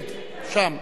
שם,